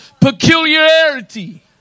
peculiarity